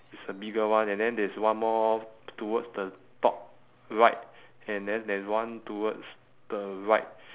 it's a bigger one and then there is one more to~ towards the top right and then there's one towards the right